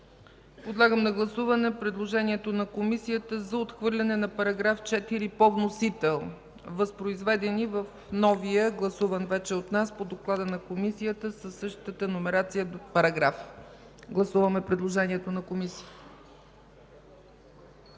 Подлагам на гласуване предложението на Комисията за отхвърляне на § 4 по вносител, възпроизведени в новия – гласуван вече от нас по доклада на Комисията със същата номерация, параграф. Гласували 95 народни